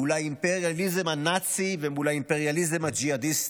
מול האימפריאליזם הנאצי ומול האימפריאליזם הג'יהאדיסטי.